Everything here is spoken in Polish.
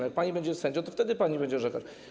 Jak pani będzie sędzią, to wtedy pani będzie orzekać.